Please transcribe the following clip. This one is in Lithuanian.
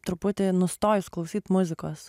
truputį nustojus klausyt muzikos